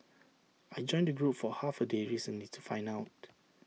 I joined the group for half A day recently to find out